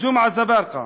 ג'מעה אזברגה: